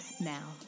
Now